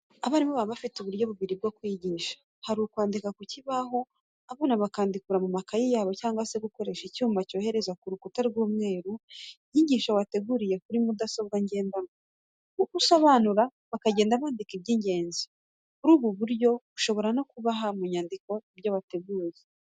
Abarimu baba bafite uburyo bubiri bwo kwigisha. Hari ukwandika ku kibaho abana bakandukura mu makayi yabo cyangwa se gukoresha icyuma cyohereza ku rukuta rw'umweru inyigisho wateguriye kuri mudasobwa ngendanwa, uko usobanura bakagenda bandika iby'ingenzi. Kuri ubu buryo ushobora no kubaha mu nyandiko ibyo wateguye.